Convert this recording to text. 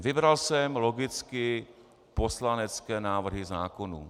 Vybral jsem logicky poslanecké návrhy zákonů.